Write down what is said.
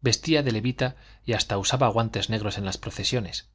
vestía de levita y hasta usaba guantes negros en las procesiones